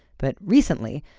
but recently,